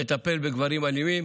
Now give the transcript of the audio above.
לטפל בגברים אלימים.